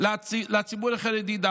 דווקא לציבור החרדי.